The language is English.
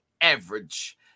average